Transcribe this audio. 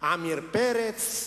עמיר פרץ,